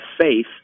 faith